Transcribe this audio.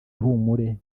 ihumure